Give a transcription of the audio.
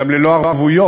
גם ללא ערבויות.